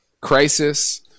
crisis